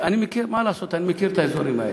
מה לעשות, אני מכיר את האזורים האלה.